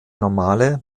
normale